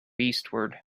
eastward